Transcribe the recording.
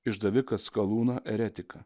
išdaviką atskalūną eretiką